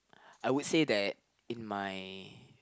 I would say that in my